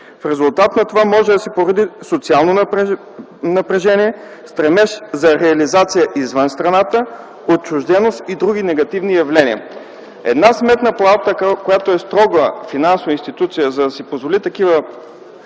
В резултат на това може да се породи социално напрежение, стремеж за реализация извън страната, отчужденост и други негативни явления”. Сметната палата, която е една строга финансова институция, за да си позволи такива